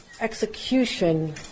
execution